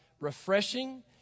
refreshing